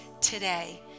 today